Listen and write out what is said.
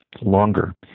longer